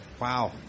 Wow